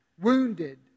wounded